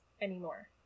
anymore